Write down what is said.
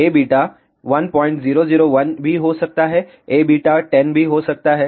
Aβ 1001 भी हो सकता है Aβ 10 भी हो सकता है